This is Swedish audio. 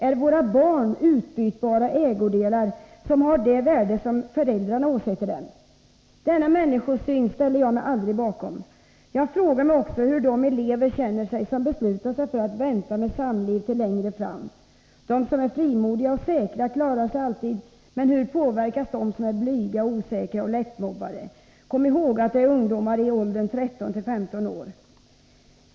Är våra barn utbytbara ägodelar som har det värde som föräldrarna åsätter dem? Denna människosyn ställer jag mig aldrig bakom. Jag frågar mig också hur de elever känner sig som beslutat sig för att vänta med samliv till längre fram. De som är säkra och frimodiga klarar sig alltid. Men hur påverkas de blyga och osäkra och lättmobbade? Kom ihåg att det är ungdomar i åldern 13-15 år som detta gäller.